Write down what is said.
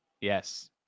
Yes